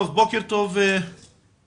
בוקר טוב לכולם.